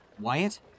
Wyatt